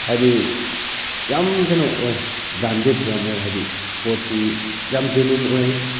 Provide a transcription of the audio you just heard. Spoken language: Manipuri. ꯍꯥꯏꯗꯤ ꯌꯥꯝ ꯀꯩꯅꯣ ꯑꯣꯏ ꯕ꯭ꯔꯥꯟꯗꯦꯗꯁꯨ ꯌꯥꯝ ꯑꯣꯏ ꯍꯥꯏꯗꯤ ꯄꯣꯠꯁꯤ ꯌꯥꯝ ꯖꯦꯅ꯭ꯌꯨꯟ ꯑꯣꯏ